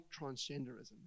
transgenderism